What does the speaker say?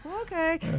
okay